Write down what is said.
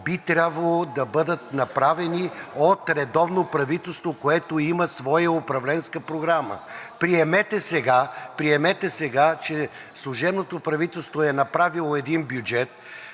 би трябвало да бъдат направени от редовно правителство, което има своя управленска програма. Приемете сега, че служебното правителство е направило един бюджет,